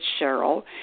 Cheryl